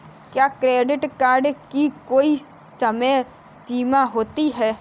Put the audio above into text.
क्या credit card की कोई समय सीमा होती है?